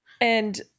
And-